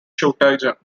shooter